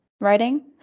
writing